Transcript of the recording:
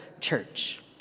church